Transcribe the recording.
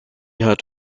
hat